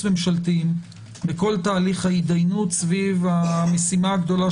ממשלתיים בכל תהליך ההיידינות סביב המשימה הגדולה